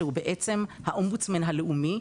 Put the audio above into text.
שהוא בעצם האומבודסמן הלאומי,